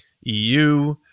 EU